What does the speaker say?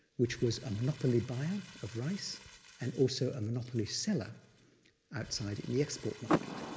which was a monopoly buyer of rice and also a monopoly seller outside in the export market.